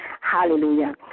hallelujah